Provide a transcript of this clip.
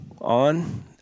on